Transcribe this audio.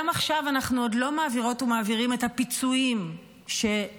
גם עכשיו אנחנו עוד לא מעבירות ומעבירים את הפיצויים שיום